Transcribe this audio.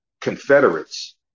Confederates